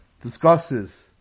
discusses